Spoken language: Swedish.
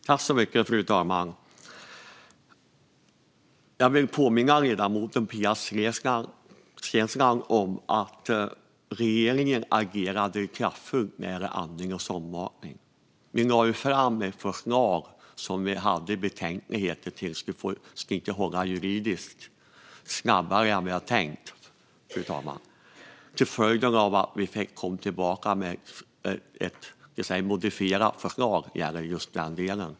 Fru talman! Jag vill påminna ledamoten Pia Steensland att regeringen agerade kraftfullt i fråga om andning och sondmatning. Vi lade fram ett förslag där det fanns betänkligheter om det skulle hålla juridiskt. Det gick snabbare än vad vi hade tänkt. Följden blev att vi fick komma tillbaka med ett modifierat förslag i den delen.